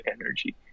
energy